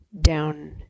down